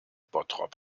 bottrop